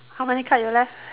how many card you left